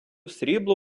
срібло